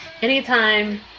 anytime